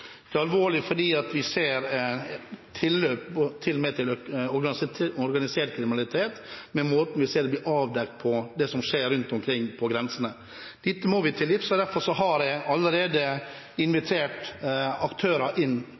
min mening alvorlig. Det er alvorlig fordi vi ser tilløp til organisert kriminalitet – ut fra det vi ser blir avdekt av det som skjer rundt omkring ved grensene. Dette må vi til livs, og derfor har jeg allerede invitert aktører inn